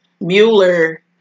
Mueller